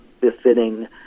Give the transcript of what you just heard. befitting